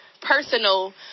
personal